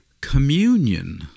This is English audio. communion